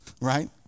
right